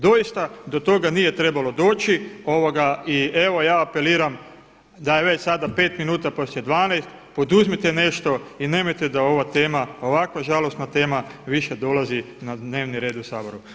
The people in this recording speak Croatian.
Doista do toga nije trebalo doći i evo ja apeliram da je već sada 5 minuta poslije 12, poduzmite nešto i nemojte da ova tema ovako žalosna tema više dolazi na dnevni red u Saboru.